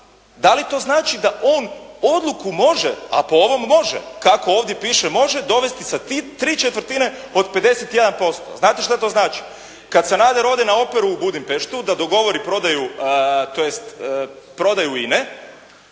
Da li to znači da on odluku može a po ovome može, kako ovdje piše može dovesti sa tri četvrtine od 51%. Znate šta to znači? Kad Sanader ode na operu u Budimpeštu da dogovori prodaju INA-e, kad MOL